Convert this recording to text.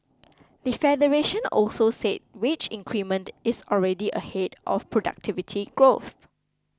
the federation also said wage increment is already ahead of productivity growth